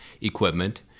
equipment